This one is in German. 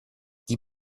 die